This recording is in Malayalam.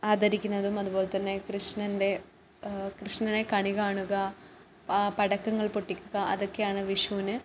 ആദരിക്കുന്നതും അതുപോലെ തന്നെ കൃഷ്ണൻ്റെ കൃഷ്ണനെ കണി കാണുക പടക്കങ്ങൾ പൊട്ടിക്കുക അതൊക്കെയാണ് വിഷുവിന്